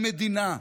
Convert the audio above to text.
למדינה.